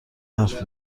حرف